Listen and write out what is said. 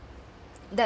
that